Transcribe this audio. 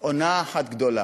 הונאה אחת גדולה.